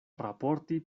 raporti